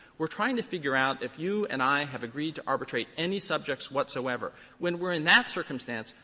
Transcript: we're trying to figure out if you and i have agreed to arbitrate any subjects whatsoever. when we're in that circumstance,